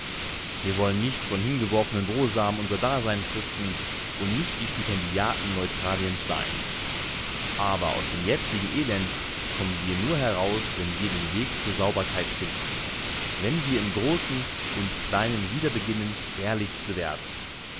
wir wollen nicht von hingeworfenen brosamen unser dasein fristen und nicht die stipendiaten neutraliens sein aber aus dem jetzigen elend kommen wir nur heraus wenn wir den weg zur sauberkeit finden wenn wir im großen und kleinen wieder beginnen ehrlich zu werden